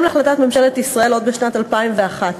בהתאם להחלטת ממשלת ישראל עוד משנת 2001,